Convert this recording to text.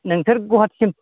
नोंसोर गुवाटिसिम